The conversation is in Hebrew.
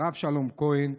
הרב שלום כהן,